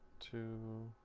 to